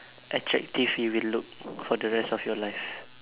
attractive you will look for the rest of your life